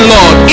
Lord